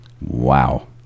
Wow